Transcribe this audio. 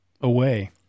away